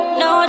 no